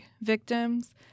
victims